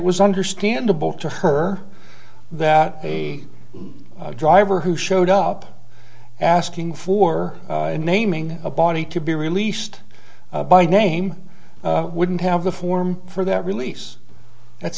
was understandable to her that a driver who showed up asking for naming a body to be released by name wouldn't have the form for that release that's